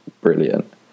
brilliant